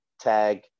tag